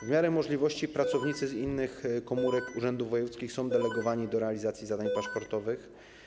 W miarę możliwości pracownicy z innych komórek urzędów wojewódzkich delegowani są do realizacji zadań paszportowych.